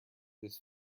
this